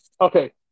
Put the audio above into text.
Okay